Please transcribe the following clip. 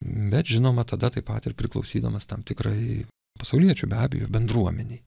bet žinoma tada taip pat ir priklausydamas tam tikrai pasauliečių be abejo bendruomenei